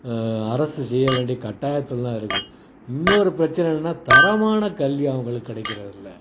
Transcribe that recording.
அரசு செய்ய வேண்டிய கட்டாயத்தில்தான் இருக்கு இன்னொரு பிரச்சனை என்னன்னா தரமான கல்வி அவங்களுக்கு கிடைக்கிறதில்ல